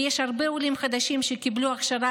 ויש הרבה עולים חדשים שקיבלו הכשרה